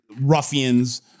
ruffians